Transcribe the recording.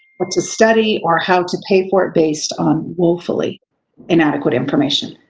what to study, or how to pay for it, based on woefully inadequate information.